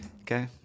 Okay